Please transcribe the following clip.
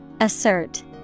Assert